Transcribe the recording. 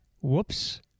Whoops